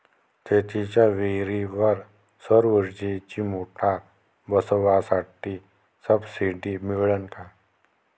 शेतीच्या विहीरीवर सौर ऊर्जेची मोटार बसवासाठी सबसीडी मिळन का?